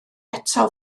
eto